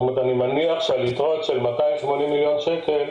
אני מניח שבמפרט של 280 מיליון שקלים,